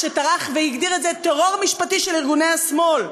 שטרח והגדיר את זה "טרור משפטי של ארגוני השמאל".